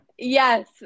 Yes